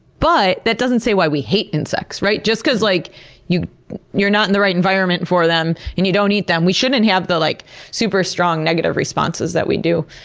but that doesn't say why we hate insects, right? just because like you're not in the right environment for them, and you don't eat them we shouldn't have the like super-strong negative responses that we do.